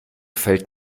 fällt